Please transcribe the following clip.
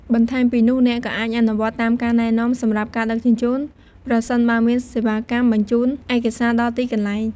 បន្ថែមពីនោះ អ្នកក៏អាចអនុវត្តតាមការណែនាំសម្រាប់ការដឹកជញ្ជូន ប្រសិនបើមានសេវាកម្មបញ្ជូនឯកសារដល់ទីកន្លែង។